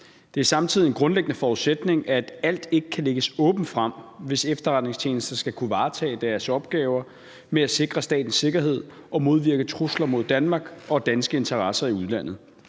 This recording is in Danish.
Det er samtidig en grundlæggende forudsætning, at alt ikke kan lægges åbent frem, hvis efterretningstjenester skal kunne varetage deres opgave med at sikre statens sikkerhed og modvirke trusler mod Danmark og danske interesser i udlandet.